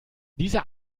dieser